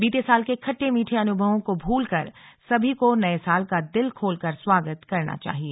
बीते साल के खट्टे मीठे अनुभवों को भूलकर सभी को नये साल का दिल खोलकर स्वागत करना चाहिए